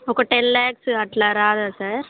ఒక టెన్ ల్యాక్స్ అట్లా రాదా సార్